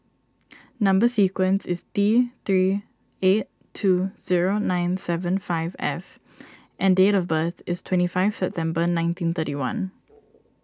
Number Sequence is T three eight two zero nine seven five F and date of birth is twenty five September nineteen thirty one